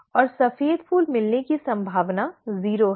और सफेद फूल मिलने की संभावना शून्य है